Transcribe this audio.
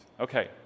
Okay